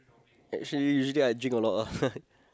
actually usually I drink a lot